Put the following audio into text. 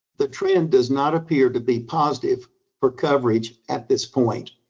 the trend does not appear to be positive for coverage at this point.